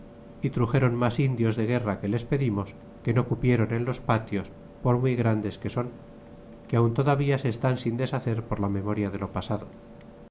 é truxéron mas indios de guerra que les pedimos que no cupieron en los patios por muy grandes que son que aun todavía se están sin deshacer por memoria de lo pasado